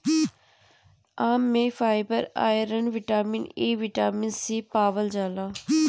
आम में fibre, iron, vitamin A, vitamin C पावल जाला